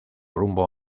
rumbo